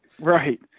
Right